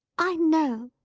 i know,